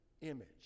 image